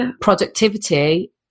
productivity